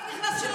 מי נכנס?